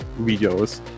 videos